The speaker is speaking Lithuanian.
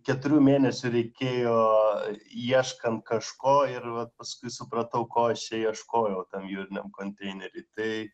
keturių mėnesių reikėjo ieškant kažko ir vat paskui supratau ko aš čia ieškojau tam jūriniam konteinery tai